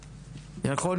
נכון?